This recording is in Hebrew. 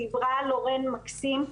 דיברה לורן מקסים.